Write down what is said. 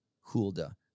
Hulda